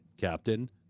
captain